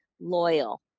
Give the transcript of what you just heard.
loyal